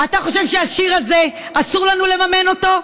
אתה חושב שהשיר הזה, אסור לנו לממן אותו?